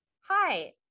hi